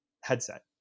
headset